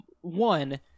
One